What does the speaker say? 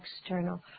external